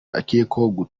akekwaho